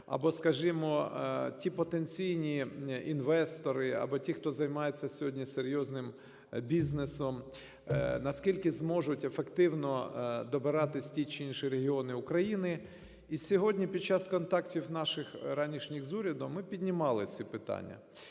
або, скажімо, ті потенційні інвестори або ті, хто займається сьогодні серйозним бізнесом, наскільки зможуть ефективно добиратись в ті чи інші регіони України. І сьогодні під час контактів наших ранішніх з урядом ми піднімали ці питання.